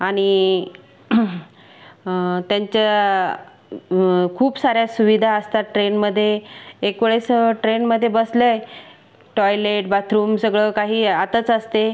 आणि त्यांच्या खूप साऱ्या सुविधा असतात ट्रेनमध्ये एकवेळेस ट्रेनमध्ये बसले टॉयलेट बाथरूम सगळं काही आतच असते